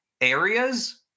areas